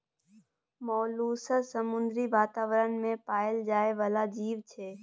molluscs समुद्री बातावरण मे पाएल जाइ बला जीब छै